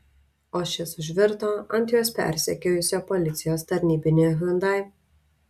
o šis užvirto ant juos persekiojusio policijos tarnybinio hyundai